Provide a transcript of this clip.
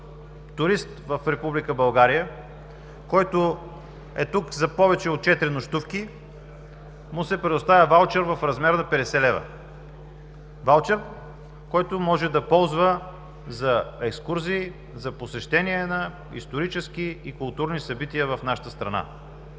България, който е тук за повече от четири нощувки, му се предоставя ваучер в размер на 50 лв. Ваучер, който може да ползва за екскурзии, за посещения на исторически и културни събития в нашата страна.